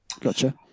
Gotcha